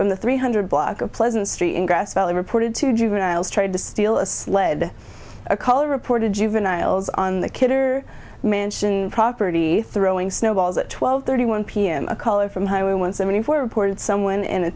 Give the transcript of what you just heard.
from the three hundred block of pleasant street in grass valley reported two juveniles tried to steal a sled a color reported juveniles on the kidder mansion property throwing snowballs at twelve thirty one p m a caller from highway one seventy four reported someone in a